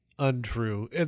Untrue